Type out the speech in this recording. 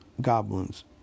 goblins